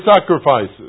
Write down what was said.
sacrifices